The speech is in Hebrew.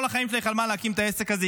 כל החיים שלה היא חלמה להקים את העסק הזה.